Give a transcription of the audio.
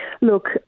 Look